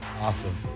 Awesome